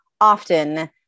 often